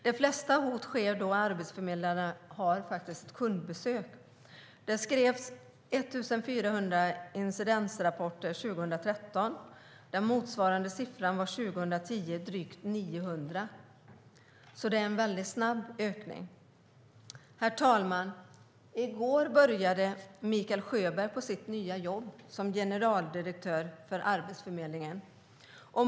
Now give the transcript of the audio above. De flesta hot sker då arbetsförmedlare har kundbesök. Det skrevs 1 400 incidentrapporter 2013. Motsvarande siffra var drygt 900 år 2010. Det är alltså en snabb ökning. Herr talman! I går började Mikael Sjöberg på sitt nya jobb som generaldirektör för Arbetsförmedlingen.